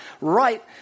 right